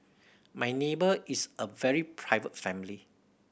my neighbour is a very private family